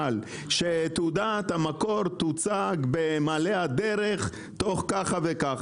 כך שתעודת המקור תוצג במעלה הדרך, תוך ככה וככה.